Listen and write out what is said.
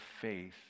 faith